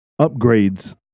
upgrades